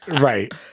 right